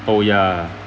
oh ya